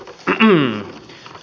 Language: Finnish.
o n